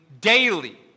daily